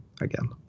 again